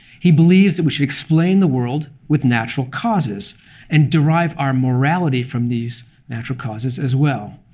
he believes that we should explain the world with natural causes and derive our morality from these natural causes as well.